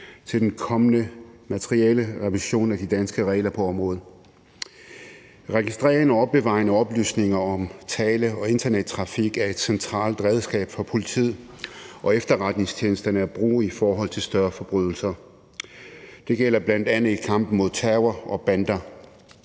til den kommende materielle revision af de danske regler på området. Registrering og opbevaring af oplysninger om tale- og internettrafik er et centralt redskab for politiet og efterretningstjenesterne at bruge i forhold til større forbrydelser. Det gælder bl.a. i kampen mod terror og bander.